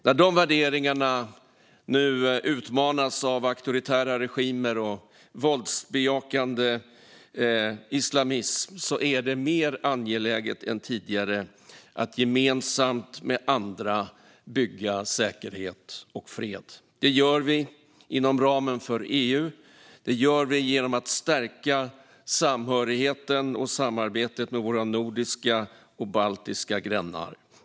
När de värderingarna nu utmanas av auktoritära regimer och våldsbejakande islamism är det mer angeläget än tidigare att gemensamt med andra bygga säkerhet och fred. Det gör vi inom ramen för EU, och det gör vi genom att stärka samhörigheten och samarbetet med våra nordiska och baltiska grannar.